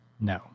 No